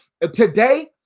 today